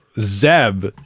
Zeb